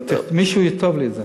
אבל מישהו יכתוב לי את זה.